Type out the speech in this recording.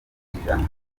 ijana